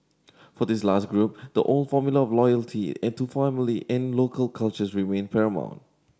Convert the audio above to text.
for this last group the old formula of loyalty and to family and local cultures remained paramount